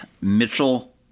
Mitchell